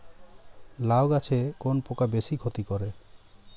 লাউ গাছে কোন পোকা বেশি ক্ষতি করে?